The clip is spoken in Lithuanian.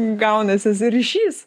gaunasi ryšys